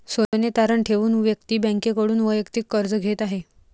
सोने तारण ठेवून व्यक्ती बँकेकडून वैयक्तिक कर्ज घेत आहे